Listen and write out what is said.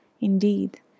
Indeed